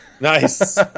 Nice